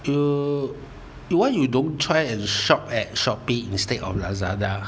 you you want you don't try to shop at Shopee instead of Lazada